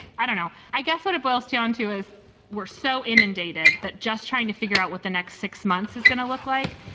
i don't know. i guess what it boils down to is we're so inundated that just trying to figure out what the next six months is going to look like.